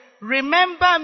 remember